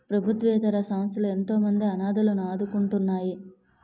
ప్రభుత్వేతర సంస్థలు ఎంతోమంది అనాధలను ఆదుకుంటున్నాయి